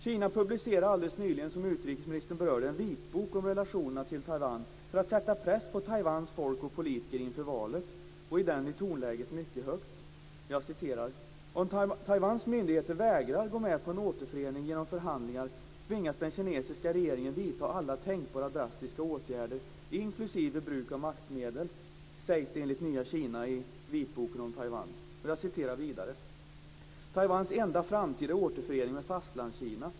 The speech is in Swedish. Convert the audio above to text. Som utrikesministern berörde publicerade Kina alldeles nyligen en vitbok om relationerna till Taiwan för att sätta press på Taiwans folk och politiker inför valet. I den är tonläget mycket högt. Om Taiwans myndigheter vägrar gå med på en återförening genom förhandlingar tvingas den kinesiska regeringen vidta alla tänkbara drastiska åtgärder, inklusive bruk av maktmedel, sägs det enligt Nya Taiwans enda framtid är återförening med Fastlandskina.